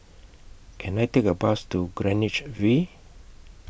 Can I Take A Bus to Greenwich V